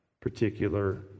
particular